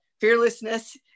fearlessness